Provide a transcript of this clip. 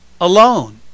alone